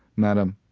madam,